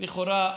לכאורה,